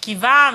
שכיבה,